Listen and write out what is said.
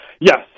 Yes